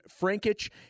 Frankich